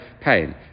pain